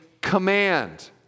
command